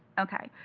okay.